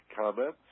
comments